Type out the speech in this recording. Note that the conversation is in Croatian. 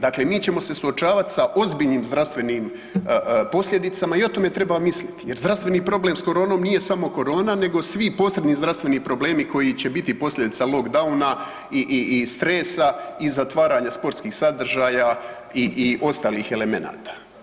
Dakle, mi ćemo se suočavat sa ozbiljnim zdravstvenim posljedicama i o tome treba misliti jer zdravstveni problem s koronom nije samo korona nego svi posredni zdravstveni problemi koji će biti posljedica lockdowna i, i, i stresa i zatvaranja sportskih sadržaja i, i ostalih elemenata.